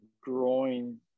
growing